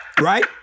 right